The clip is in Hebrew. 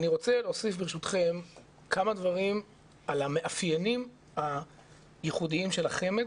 אני רוצה להוסיף ברשותכם כמה דברים על המאפיינים הייחודיים של החמ"ד